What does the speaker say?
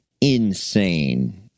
insane